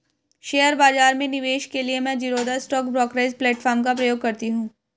share बाजार में निवेश के लिए मैं ज़ीरोधा स्टॉक ब्रोकरेज प्लेटफार्म का प्रयोग करती हूँ